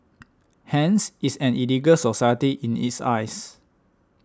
hence it's an illegal society in his eyes